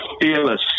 fearless